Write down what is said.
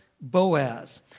Boaz